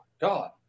god